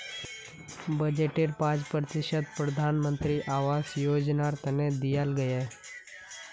बजटेर पांच प्रतिशत प्रधानमंत्री आवास योजनार तने दियाल गहिये